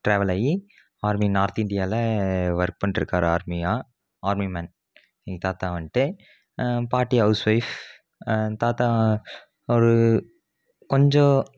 டிராவலாகி army north இந்தியாவில் work பண்ணிட்டு இருக்கார் ஆர்மியாக ஆர்மி மேன் எங்கள் தாத்தா வந்துட்டு பாட்டி ஹவுஸ் வொய்ஃப் தாத்தா ஒரு கொஞ்சம்